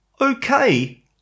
okay